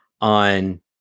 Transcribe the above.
on